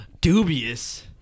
Dubious